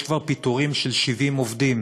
יש כבר פיטורים של 70 עובדים